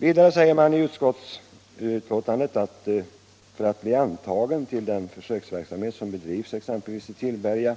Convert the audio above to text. Vidare säger man i utskottsbetänkandet att det krävs att den intagne, för att bli antagen till den försöksverksamhet som bedrivs i exempelvis Tillberga,